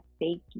fake